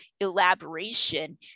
elaboration